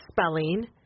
spelling